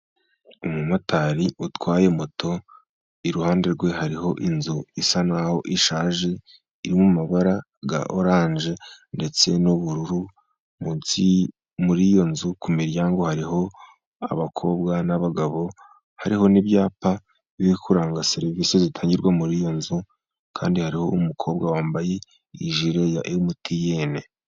Umumotari utwaye moto iruhande rwe, hariho inzu isa n'aho ishaje , irimo amabara ya orange ndetse n'ubururu muri iyo nzu ku miryango hariho abakobwa n'abagabo, hariho n'ibyapa biranga serivisi zitangirwa muri iyo nzu, kandi hariho umukobwa wambaye ijire ya MTN.